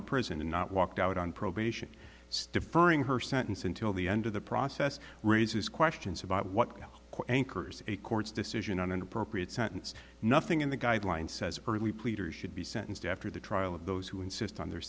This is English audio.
to prison and not walked out on probation stiff earning her sentence until the end of the process raises questions about what a court's decision on an appropriate sentence nothing in the guidelines says early pleaders should be sentenced after the trial of those who insist on their